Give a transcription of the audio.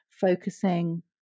focusing